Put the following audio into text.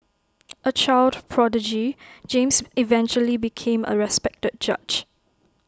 A child prodigy James eventually became A respected judge